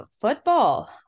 Football